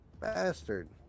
bastard